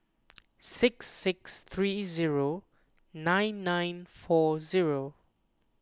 six six three zero nine nine four zero